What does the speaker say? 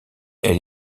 elle